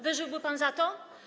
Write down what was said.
Wyżyłby pan za to?